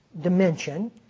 dimension